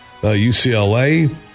UCLA